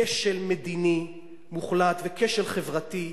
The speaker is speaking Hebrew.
כשל מדיני מוחלט וכשל חברתי,